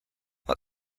what